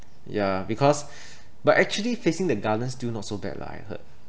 ya because but actually facing the garden still not so bad lah I heard